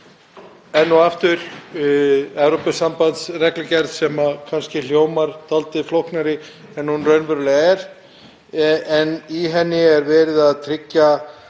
enn og aftur Evrópusambandsreglugerð sem kannski hljómar dálítið flóknari en hún raunverulega er. Í henni er verið að tryggja